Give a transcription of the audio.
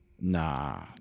nah